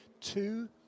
two